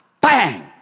Bang